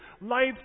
life